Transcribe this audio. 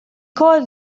called